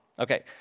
Okay